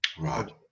Right